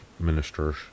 ministers